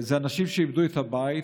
אלה אנשים שאיבדו את הבית,